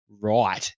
Right